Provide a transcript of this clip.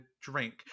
drink